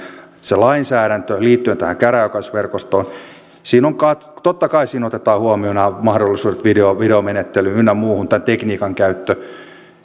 se lainsäädäntö liittyen tähän käräjäoikeusverkostoon totta kai siinä otetaan huomioon nämä mahdollisuudet videomenettelyyn ynnä muuhun tämän tekniikan käyttö